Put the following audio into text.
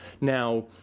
now